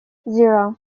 zero